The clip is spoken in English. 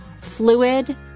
fluid